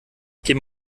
käme